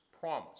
Promise